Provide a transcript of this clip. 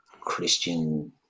Christian